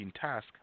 task